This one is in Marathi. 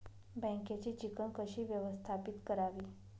बँकेची चिकण कशी व्यवस्थापित करावी?